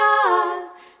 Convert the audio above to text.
stars